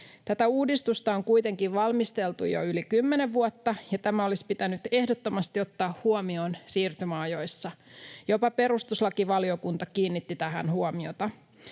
Tätä uudistusta on kuitenkin valmisteltu jo yli kymmenen vuotta, ja tämä olisi pitänyt ehdottomasti ottaa huomioon siirtymäajoissa. Jopa perustuslakivaliokunta kiinnitti tähän huomiota.